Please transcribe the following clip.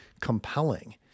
compelling